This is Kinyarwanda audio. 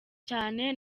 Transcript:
cyane